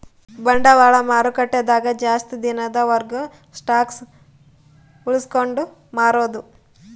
ಬಂಡವಾಳ ಮಾರುಕಟ್ಟೆ ದಾಗ ಜಾಸ್ತಿ ದಿನದ ವರ್ಗು ಸ್ಟಾಕ್ಷ್ ಉಳ್ಸ್ಕೊಂಡ್ ಮಾರೊದು